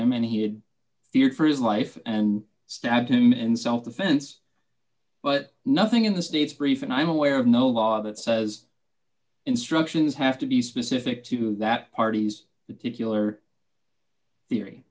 him and he had feared for his life and stabbed him in self defense but nothing in the state's brief and i'm aware of no law that says instructions have to be specific to that parties